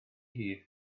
hid